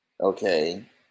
Okay